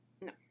No